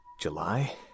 July